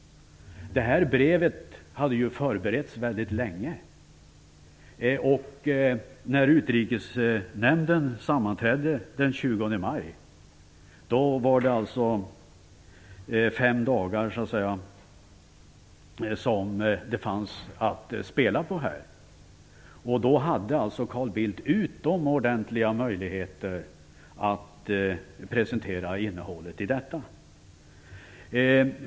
Brevet hade förberetts väldigt länge. När Utrikesnämnden sammanträdde den 20 maj fanns det alltså så att säga fem dagar att spela på. Då hade Carl Bildt utomordentliga möjligheter att presentera innehållet i brevet.